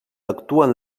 actuen